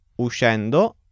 uscendo